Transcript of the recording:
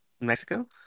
Mexico